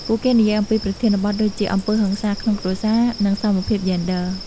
ពួកគេនិយាយអំពីប្រធានបទដូចជា អំពើហិង្សាក្នុងគ្រួសារ និងវិសមភាពយេនឌ័រ។